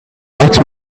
ask